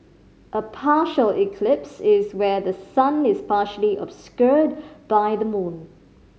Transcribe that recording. a partial eclipse is where the sun is partially obscured by the moon